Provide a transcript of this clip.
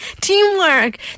Teamwork